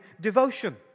devotion